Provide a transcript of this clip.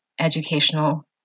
Educational